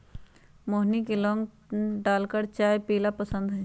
मोहिनी के लौंग डालकर चाय पीयला पसंद हई